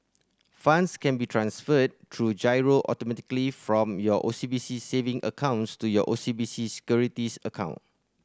funds can be transferred through giro automatically from your O C B C saving accounts to your O C B C Securities account